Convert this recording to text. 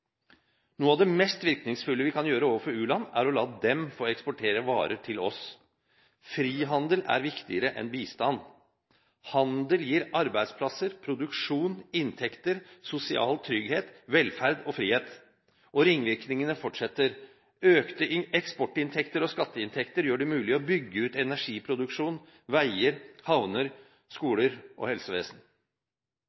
Noe av det mest virkningsfulle vi kan gjøre overfor u-land, er å la dem få eksportere varer til oss. Frihandel er viktigere enn bistand. Handel gir arbeidsplasser, produksjon, inntekter, sosial trygghet, velferd og frihet. Og ringvirkningene fortsetter: Økte eksportinntekter og skatteinntekter gjør det mulig å bygge ut energiproduksjon, veier, havner,